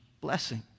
blessing